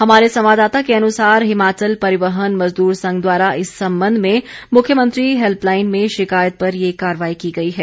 हमारे संवाददाता के अनुसार हिमाचल परिवहन मजदूर संघ द्वारा इस संबंध में मुख्यमंत्री हैल्पलाइन में शिकायत पर ये कार्रवाई की गई है